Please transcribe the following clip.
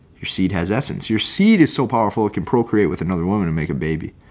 your seed has essence your seed is so powerful it can procreate with another woman and make a baby.